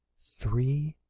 three,